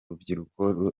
rubyiruko